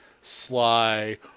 sly